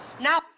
now